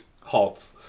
halts